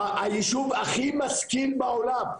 היישוב הכי משכיל בעולם,